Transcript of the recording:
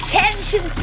tension